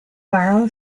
borrow